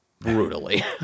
brutally